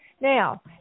Now